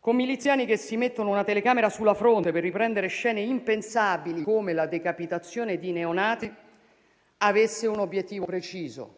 con miliziani che si mettono una telecamera sulla fronte per riprendere scene impensabili, come la decapitazione di neonati, avesse un obiettivo preciso.